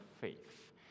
faith